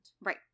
Right